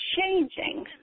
changing